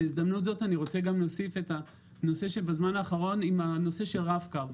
בהזדמנות זאת אני רוצה גם להוסיף את נושא הרב קו,